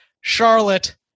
Charlotte